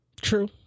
True